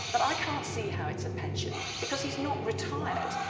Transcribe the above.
but i can't see how it's a pension, because he's not retired.